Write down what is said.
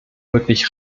wirklich